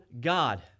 God